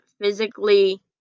physically